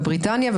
בבריטניה,